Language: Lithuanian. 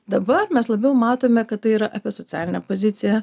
dabar mes labiau matome kad tai yra apie socialinę poziciją